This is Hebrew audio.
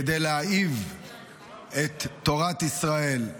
כדי להאהיב את תורת ישראל.